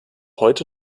heute